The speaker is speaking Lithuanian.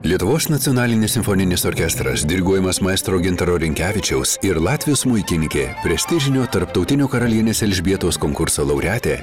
lietuvos nacionalinis simfoninis orkestras diriguojamas maestro gintaro rinkevičiaus ir latvijos smuikininkė prestižinio tarptautinio karalienės elžbietos konkurso laureatė